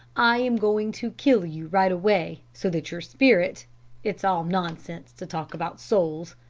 i'm going to kill you right away, so that your spirit it's all nonsense to talk about souls,